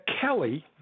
Kelly